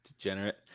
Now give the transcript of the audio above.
Degenerate